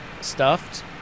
stuffed